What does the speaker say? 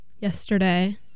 yesterday